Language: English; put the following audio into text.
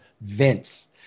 Vince